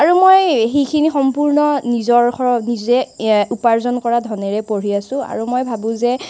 আৰু মই সেইখিনি সম্পূৰ্ণ নিজৰ খৰচ নিজে এ উপাৰ্জন কৰা ধনেৰে পঢ়ি আছোঁ আৰু মই ভাবোঁ যে